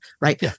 right